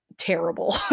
terrible